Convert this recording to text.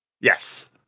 Yes